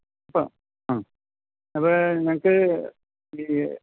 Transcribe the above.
അപ്പം ആ അത് ഞങ്ങൾക്ക് ഈ